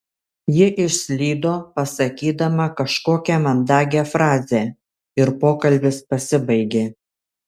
ji išslydo pasakydama kažkokią mandagią frazę ir pokalbis pasibaigė